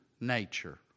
nature